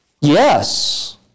Yes